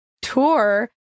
tour